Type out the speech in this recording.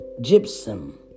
Gypsum